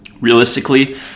realistically